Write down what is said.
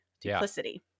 Duplicity